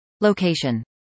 Location